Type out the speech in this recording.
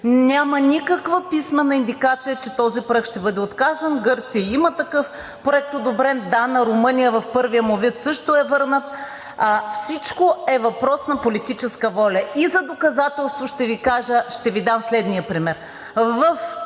Няма никаква писмена индикация, че този проект ще бъде отказан. Гърция има такъв одобрен проект, да, на Румъния в първия му вид също е върнат. Всичко е въпрос на политическа воля. За доказателство ще Ви дам следния пример.